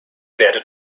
werdet